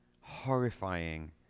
horrifying